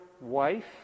wife